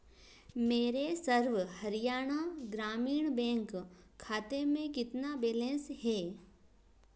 मेरे सर्व हरियाणा ग्रामीण बैंक खाते में कितना बेलेंस है